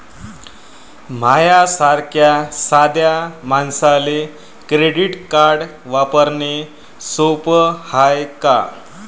माह्या सारख्या साध्या मानसाले क्रेडिट कार्ड वापरने सोपं हाय का?